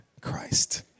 Christ